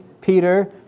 Peter